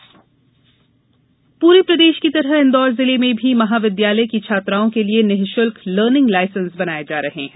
learning license पूरे प्रदेश की तरह इंदौर जिले में भी महाविद्यालय की छात्राओं के लिए निःशुल्क लर्निंग लाइसेंस बनाए जा रहे हैं